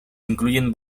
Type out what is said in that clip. incluyen